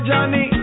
Johnny